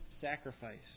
sacrifice